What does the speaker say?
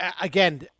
Again